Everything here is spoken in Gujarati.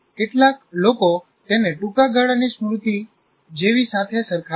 કેટલાક લોકો તેને ટૂંકા ગાળાની સ્મૃતિ જેવી સાથે સરખાવે છે